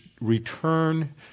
return